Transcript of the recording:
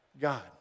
God